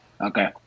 Okay